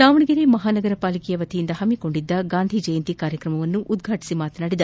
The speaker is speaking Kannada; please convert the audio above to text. ದಾವಣಗೆರೆ ಮಹಾನಗರ ಪಾಲಿಕೆ ವತಿಯಿಂದ ಹಮ್ಮಿಕೊಂಡಿದ್ದ ಗಾಂಧೀಜಯಂತಿ ಕಾರ್ಯಕ್ರಮ ಉದ್ವಾಟಿಸಿ ಮಾತನಾಡಿದ